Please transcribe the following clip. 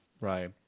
Right